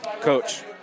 coach